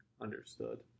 understood